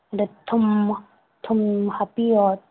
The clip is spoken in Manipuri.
ꯑꯗ ꯊꯨꯝ ꯊꯨꯝ ꯍꯥꯞꯄꯤꯌꯣ